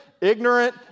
ignorant